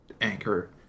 anchor